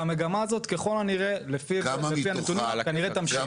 והמגמה הזאת ככל הנראה, לפי הנתונים, כנראה תמשיך.